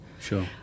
Sure